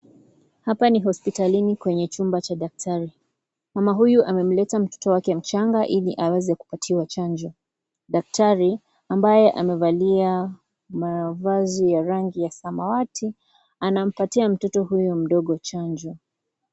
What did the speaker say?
Hapa ni hospitalini kwenye chumba cha daktari. Mama huyu amemleta mtoto wake mchanga ili aweze kupatiwa chanjo. Daktari ambaye amevalia mavazi ya rangi ya samawati anampatia mtoto huyu mdogo chanjo.